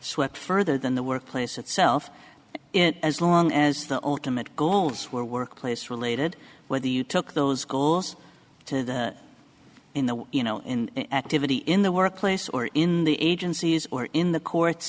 swept further than the workplace itself as long as the ultimate goals were workplace related whether you took those goals to the in the you know in activity in the workplace or in the agencies or in the courts